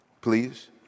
please